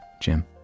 Jim